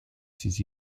ses